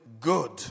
good